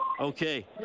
Okay